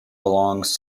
belongs